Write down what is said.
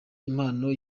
impano